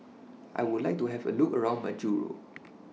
I Would like to Have A Look around Majuro